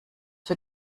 für